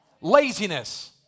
Laziness